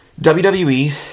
WWE